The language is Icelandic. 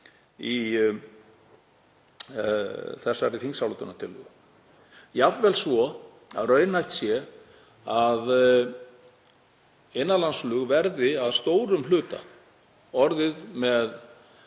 í þessari þingsályktunartillögu, jafnvel að raunhæft sé að innanlandsflug verði að stórum hluta orðið með